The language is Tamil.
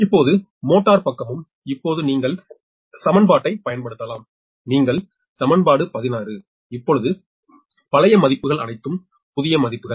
இப்போது மோட்டார் பக்கமும் இப்போது நீங்கள் சமன்பாட்டைப் பயன்படுத்தலாம் நீங்கள் சமன்பாடு 16 இப்போது பழைய மதிப்புகள் அனைத்தும் புதிய மதிப்புகள்